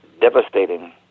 devastating